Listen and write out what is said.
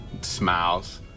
smiles